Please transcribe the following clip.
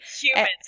humans